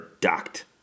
docked